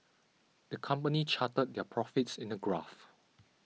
the company charted their profits in a graph